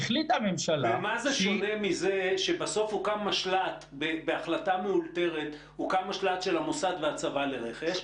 במה זה שונה מזה שבסוף הוקם משל"ט בהחלטה מאולתרת של המוסד והצבא לרכש,